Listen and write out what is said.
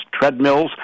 treadmills